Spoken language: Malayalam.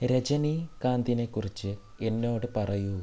രജനികാന്തിനെ കുറിച്ച് എന്നോട് പറയൂ